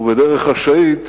ובדרך חשאית